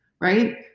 right